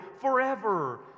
forever